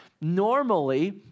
Normally